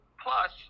plus